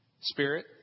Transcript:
spirit